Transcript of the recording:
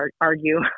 argue